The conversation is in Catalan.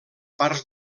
parts